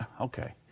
Okay